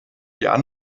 ihnen